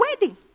wedding